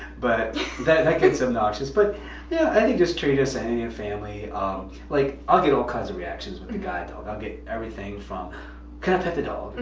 but that that gets obnoxious, but yeah i think just treating and and family. um like, i'll get all kinds of reactions with the guide dog. i'll get everything from can i pet the dog,